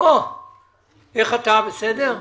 איך אתה, בסדר?